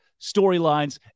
storylines